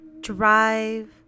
drive